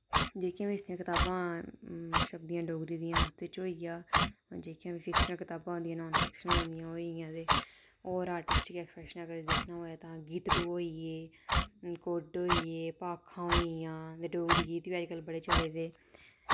जेह्कियां बी इसदियां कताबां छपदियां डोगरी दियां उसदे च होई गेआ जेह्कियां बी फिक्शनल कताबां होंदियां नान फिक्शनल होंदियां ओह् होइ गेइयां ते और आर्टिस्ट गी एक्सप्रेशन अगर दिक्खना होए तां गीतड़ू होई गे कुड्ड होई गेआ भाखां होई गेइयां ते डोगरी गीत बी अजकल बड़े चले दे